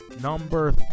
Number